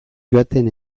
joaten